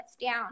down